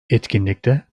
etkinlikte